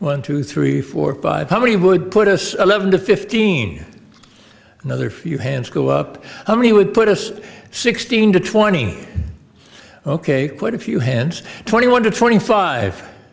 one two three four five how many would put us eleven to fifteen another few hands go up how many would put us sixteen to twenty ok quite a few hands twenty one to twenty five